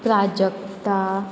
Prajakta